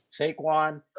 Saquon